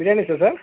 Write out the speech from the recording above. బిర్యానీసా sir